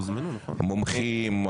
ללא מומחים?